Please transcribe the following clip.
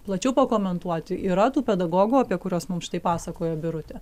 plačiau pakomentuoti yra tų pedagogų apie kuriuos mum štai pasakojo birutė